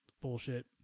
Bullshit